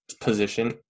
position